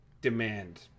demand